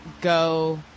go